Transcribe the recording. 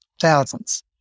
thousands